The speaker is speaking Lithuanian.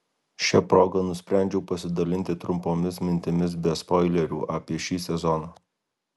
šia proga nusprendžiau pasidalinti trumpomis mintimis be spoilerių apie šį sezoną